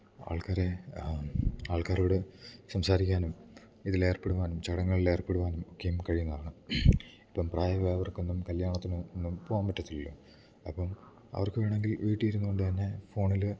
ആൾക്കാരെ ആൾക്കാരോട് സംസാരിക്കുവാനും ഇതിൽ ഏർപ്പെടുവാനും ചടങ്ങുകളിൽ ഏർപ്പെടുവാനും ഒക്കെയും കഴിയുന്നതാണ് ഇപ്പം പ്രായവായവര്ക്ക് ഒന്നും കല്യാണത്തിനും ഒന്നും പോവാൻ പറ്റത്തില്ലല്ലോ അപ്പം അവർക്ക് വേണമെങ്കിൽ വീട്ടിൽ ഇരുന്ന് കൊണ്ട് തന്നെ ഫോണിൽ